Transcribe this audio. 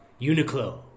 Uniqlo